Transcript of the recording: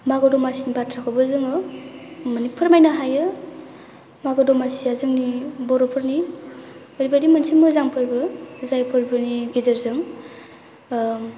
मागो दमासिनि बाथ्राखौबो जोङो माने फोरमायनो हायो मागो दमासिया जोंनि बर'फोरनि ओरैबादि मोनसे मोजां फोरबो जायफोरबोनि गेजेरजों